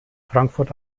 frankfurt